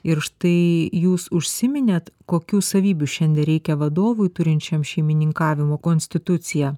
ir štai jūs užsiminėt kokių savybių šiandien reikia vadovui turinčiam šeimininkavimo konstituciją